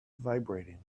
vibrating